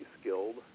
skilled